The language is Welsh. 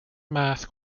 math